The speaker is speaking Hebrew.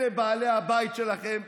אלה בעלי הבית שלכם,